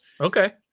Okay